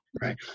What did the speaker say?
Right